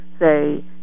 say